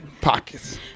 Pockets